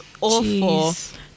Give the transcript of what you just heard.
awful